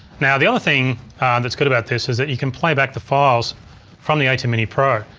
now the other thing that's good about this is that you can playback the files from the atem mini pro.